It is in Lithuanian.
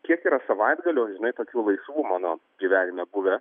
kiek yra savaitgalių žinai tokių laisvų mano gyvenime buvę